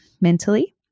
mentally